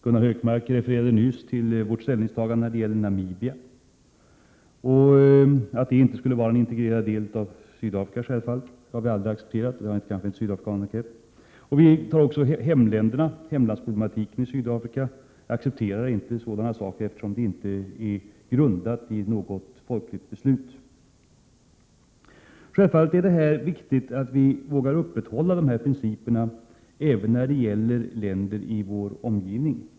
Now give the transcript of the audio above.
Gunnar Hökmark refererade nyss till vårt ställningstagande att Namibia inte skall vara en integrerad del av Sydafrika. Det har vi aldrig accepterat. Det har kanske sydafrikanerna inte heller krävt. Vi tar också ställning till hemlandsproblematiken i Sydafrika. Vi accepterar inte sådana saker, eftersom de inte grundas på något folkligt beslut. Självfallet är det viktigt att vi vågar upprätthålla dessa principer även när det gäller länder i vår omgivning.